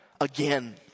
again